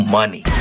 money